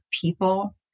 people